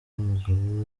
n’umugabo